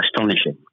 astonishing